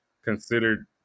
considered